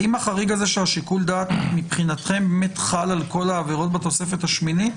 האם החריג הזה של שיקול הדעת מבחינתכם חל על כל העבירות בתוספת השמינית?